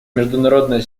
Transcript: международная